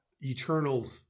eternal